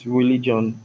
religion